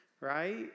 right